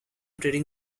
trading